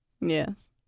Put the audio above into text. Yes